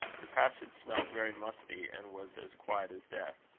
the passage smelt very musty, and was as quiet as death.